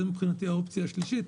שזה מבחינתי האופציה השלישית.